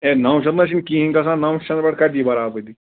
اَے نَو شَتھ نہَ حظ چھِنہٕ کِہیٖنۍ گَژھان نَوَن شتَن پٮ۪ٹھ کَتہِ یِیہِ بَرابری